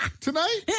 Tonight